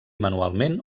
manualment